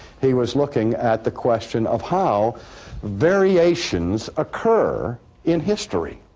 he was looking at the question of how variations occur in history.